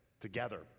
together